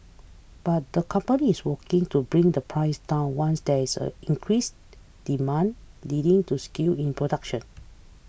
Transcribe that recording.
but the company is working to bring the price down once there is a increased demand leading to scale in production